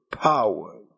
power